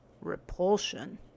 repulsion